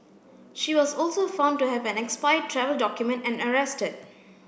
she was also found to have an expired travel document and arrested